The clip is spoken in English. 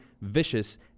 vicious